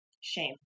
shame